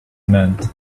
meant